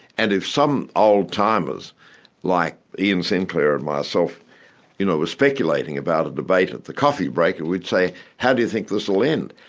and if some old-timers like ian sinclair and myself you know were speculating about a debate at the coffee break, and we'd say how do you think this'll end?